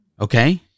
Okay